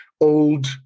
old